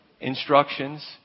instructions